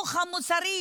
החינוך המוסרי,